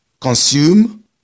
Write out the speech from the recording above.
consume